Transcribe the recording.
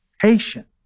Patient